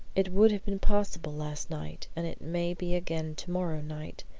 it would have been possible last night, and it may be again to-morrow night.